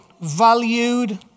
valued